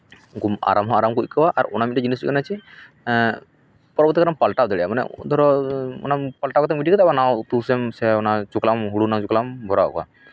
ᱟᱨᱟᱢ ᱦᱚᱸ ᱟᱨᱟᱢ ᱠᱚ ᱟᱹᱭᱠᱟᱹᱣᱟ ᱟᱨ ᱚᱱᱟ ᱢᱤᱫᱴᱮᱱ ᱡᱤᱱᱤᱥ ᱦᱩᱭᱩᱜ ᱠᱟᱱᱟ ᱪᱮᱫ ᱯᱚᱨᱚᱵᱚᱨᱛᱤ ᱠᱟᱞ ᱨᱮᱢ ᱯᱟᱞᱴᱟᱣ ᱫᱟᱲᱮᱭᱟᱜᱼᱟ ᱢᱟᱱᱮ ᱫᱷᱚᱨᱚ ᱚᱱᱟ ᱯᱟᱞᱴᱟᱣ ᱠᱟᱛᱮᱢ ᱜᱤᱰᱤ ᱠᱟᱫᱟ ᱚᱱᱟ ᱩᱛᱩ ᱥᱮᱢ ᱚᱱᱟ ᱪᱚᱠᱞᱟᱜ ᱦᱩᱲᱩ ᱨᱮᱱᱟᱜ ᱪᱚᱠᱞᱟᱜ ᱮᱢ ᱵᱷᱚᱨᱟᱣ ᱠᱟᱜᱼᱟ